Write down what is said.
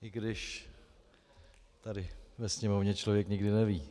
I když tady ve Sněmovně člověk nikdy neví.